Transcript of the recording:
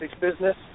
business